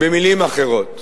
במלים אחרות.